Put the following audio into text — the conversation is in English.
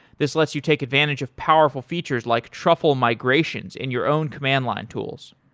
this lets you take advantage of powerful features, like truffle migrations in your own command line tools.